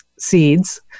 seeds